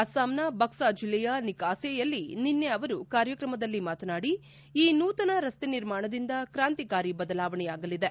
ಅಸ್ಲಾಂನ ಬಕ್ಸಾ ಜಿಲ್ಲೆಯ ನಿಕಾಸೆಯಲ್ಲಿ ನಿನ್ನೆ ಅವರು ಕಾರ್ಯಕ್ರಮದಲ್ಲಿ ಮಾತನಾಡಿ ಈ ನೂತನ ರಸ್ತೆ ನಿರ್ಮಾಣದಿಂದ ಕ್ರಾಂತಿಕಾರಿ ಬದಲಾವಣೆಯಾಗಲಿದೆ